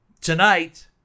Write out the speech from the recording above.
Tonight